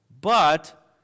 But